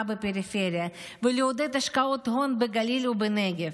בפריפריה ולעודד השקעות הון בגליל ובנגב.